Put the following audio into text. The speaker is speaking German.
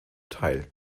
teil